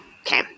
okay